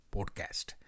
Podcast